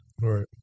right